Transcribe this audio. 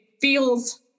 feels